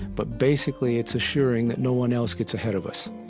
but basically it's assuring that no one else gets ahead of us.